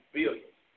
billions